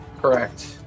Correct